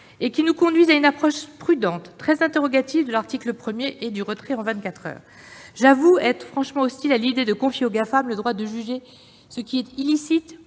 et qui nous conduisent à une approche prudente, circonspecte, de l'article 1 et du retrait en vingt-quatre heures. J'avoue être franchement hostile à l'idée de confier aux Gafam le droit de juger ce qui est licite